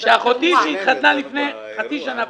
כאשר אחותי התחתנה לפני חצי שנה,